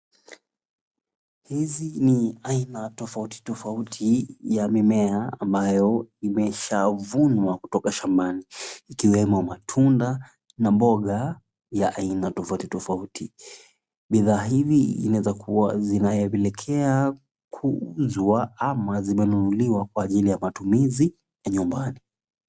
Hizi ni aina tofauti tofauti ya mimea ambayo imeshavunwa kutoka shambani. Ikiwemo matunda na mboga ya aina tofauti tofauti. Bidhaa hivi inaweza kuwa zinaelekea kuuzwa ama zimenunuliwa kwa ajili ya matumizi ya nyumbani.